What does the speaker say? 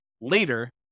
later